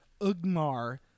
Ugmar